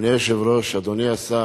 אדוני היושב-ראש, אדוני השר,